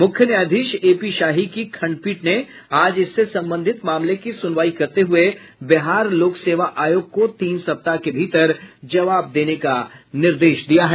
मुख्य न्यायाधीश A P Shahi खंडपीठ ने आज इससे संबंधित मामले की सुनवाई करते हुए बिहार लोक सेवा आयोग को तीन सप्ताह के भीतर जवाब देने का निर्देश दिया है